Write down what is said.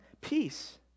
peace